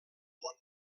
món